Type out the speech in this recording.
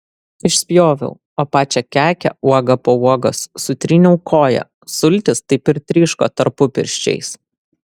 išspjoviau o pačią kekę uoga po uogos sutryniau koja sultys taip ir tryško tarpupirščiais